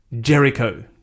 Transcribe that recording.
Jericho